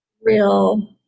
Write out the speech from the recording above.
real